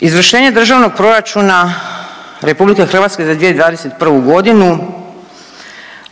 Izvršenje Državnog proračuna RH za 2021. godinu